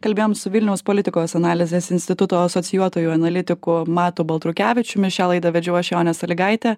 kalbėjom su vilniaus politikos analizės instituto asocijuotoju analitiku matu baltrukevičiumi šią laidą vedžiau aš jonė sąlygaitė